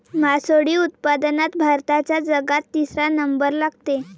मासोळी उत्पादनात भारताचा जगात तिसरा नंबर लागते